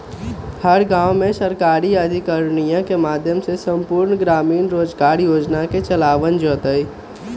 हर गांव में सरकारी अधिकारियन के माध्यम से संपूर्ण ग्रामीण रोजगार योजना के चलावल जयते हई